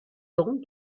temps